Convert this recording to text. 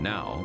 Now